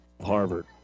Harvard